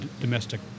domestic